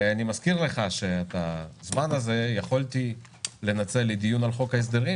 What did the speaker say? אני מזכיר לך שאת הזמן הזה יכולתי לנצל לדיון על חוק ההסדרים